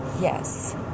Yes